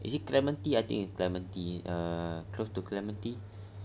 is it clementi I think it's clementi uh close to